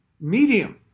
medium